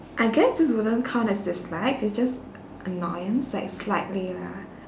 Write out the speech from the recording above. I guess this wouldn't count as dislike it's just a~ a~ annoyance like slightly lah